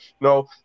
No